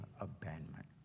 abandonment